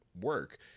work